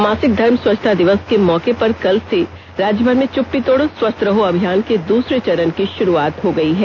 मासिक धर्म स्वच्छता दिवस के मौके पर कल से राज्यभर में चुप्पी तोड़ो स्वस्थ रहो अभियान के दूसरे चरण की शुरूआत हो गई है